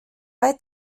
bei